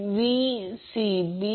तर VP Z Y